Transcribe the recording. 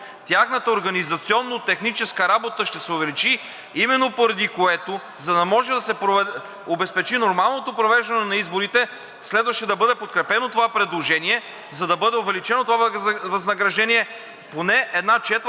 Тяхната организационно-техническа работа ще се увеличи, именно поради което, за да може да се обезпечи нормалното провеждане на изборите, следваше да бъде подкрепено това предложение, за да бъде увеличено това възнаграждение поне една четвърт